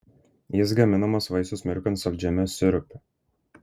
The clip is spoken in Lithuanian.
jis gaminamas vaisius mirkant saldžiame sirupe